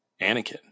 anakin